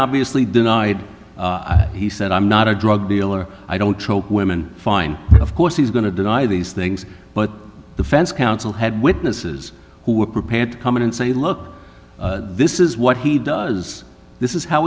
obviously denied he said i'm not a drug dealer i don't troll women fine of course he's going to deny these things but the fence counsel had witnesses who were prepared to come in and say look this is what he does this is how